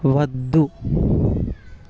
వద్దు